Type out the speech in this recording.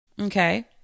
Okay